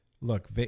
look